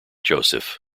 joseph